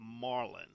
Marlin